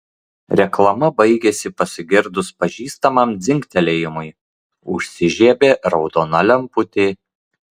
reklama baigėsi pasigirdus pažįstamam dzingtelėjimui užsižiebė raudona lemputė